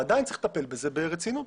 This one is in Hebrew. באסדת לוויתן יש למעלה מ-70 גלאי גז,